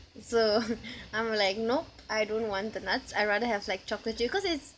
so I'm like nope I don't want the nuts I rather have like chocolate chips cause it's